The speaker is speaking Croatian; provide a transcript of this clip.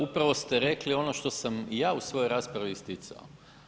Upravo ste rekli ono što sam ja u svojoj raspravi isticao.